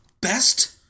best